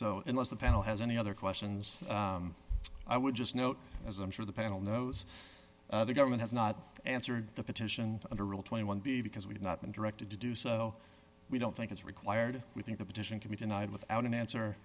so unless the panel has any other questions i would just note as i'm sure the panel knows the government has not answered the petition under rule twenty one b because we've not been directed to do so we don't think it's required we think the petition can be denied without an answer